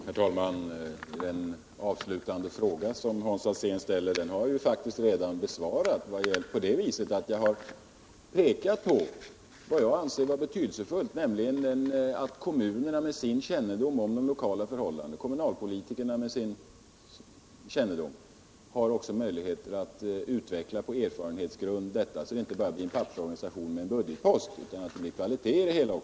Herr talman! Den avslutande fråga som Hans Alsén ställde har jag ju faktiskt redan besvarat. Jag har pekat på vad jag anser vara betydelsefullt, nämligen att kommunalpolitikerna med sin kännedom om de kommunala förhållandena också har möjligheter att på erfarenhetsgrund utveckla detta, så att det inte bara blir en pappersorganisation med en budgetpost utan att det blir kvalitet i det hela.